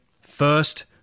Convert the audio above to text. first